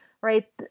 right